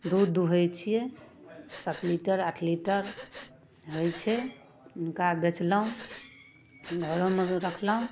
दूध दुहै छियै सात लीटर आठ लीटर हैय छै हुनका बेचलहुँ घरोमे रखलहुँ